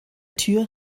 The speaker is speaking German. tür